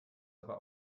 aber